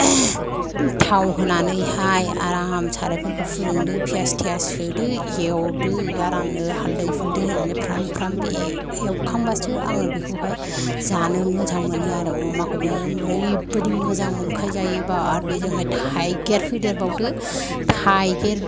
थाव होनानैहाय आराम सारायफोरखौ फुदुंदो पियास थियास होदो एवदो आरामनो हाल्दै हुल्दै होनानै फ्राम फ्राम बे एवखामबासो आं बेखौहाय जानो मोजां मोनो आरो अमाखौ ओरैबादि मोजां मोनखायो जायोबा आरो बेजोंहाय थाइगिर होदेरबावदो थाइगिर